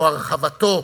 או הרחבתו,